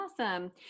Awesome